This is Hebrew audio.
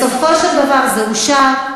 בסופו של דבר זה אושר.